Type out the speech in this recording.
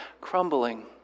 crumbling